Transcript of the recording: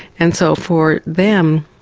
and so for them,